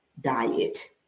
diet